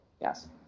Yes